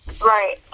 Right